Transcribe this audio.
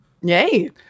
Yay